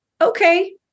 okay